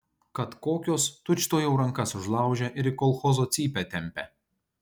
kad kokios tučtuojau rankas užlaužia ir į kolchozo cypę tempia